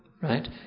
Right